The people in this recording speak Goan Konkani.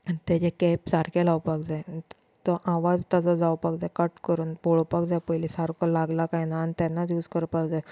आनी तेजे कॅप सारकें लावपाक जाय तो आवाज ताजो जावपाक जाय कट करून पळोवपाक जाय पयली सारको लागला कांय ना आनी तेन्नात यूज करपाक जाय